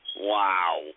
Wow